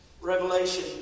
Revelation